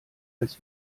als